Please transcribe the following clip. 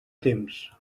temps